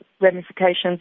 ramifications